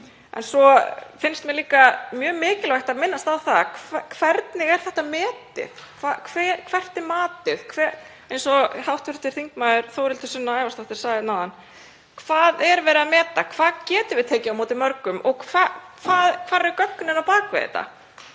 Svo finnst mér líka mjög mikilvægt að minnast á það hvernig þetta er metið. Hvert er matið? Eins og hv. þm. Þórhildur Sunna Ævarsdóttir sagði áðan: Hvað er verið að meta? Hvað getum við tekið á móti mörgum og hvar eru gögnin á bak við þetta?